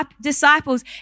disciples